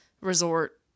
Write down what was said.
Resort